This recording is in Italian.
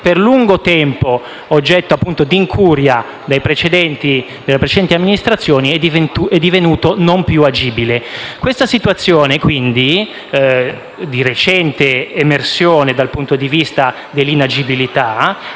per lungo tempo oggetto dell'incuria delle precedenti amministrazioni, è divenuto non più agibile. Siffatta situazione quindi, di recente emersione dal punto di vista dell'inagibilità,